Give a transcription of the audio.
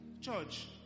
Church